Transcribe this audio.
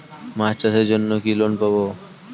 মাছ চাষের জন্য কি লোন পাব?